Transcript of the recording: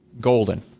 golden